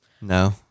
no